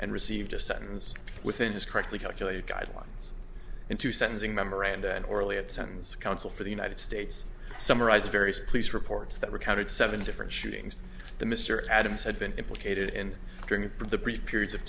and received a sentence within is correctly calculated guidelines into sentencing memoranda and orally it sends counsel for the united states summarized various police reports that recounted seven different shootings the mr adams had been implicated in during the brief periods of